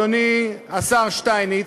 אדוני השר שטייניץ,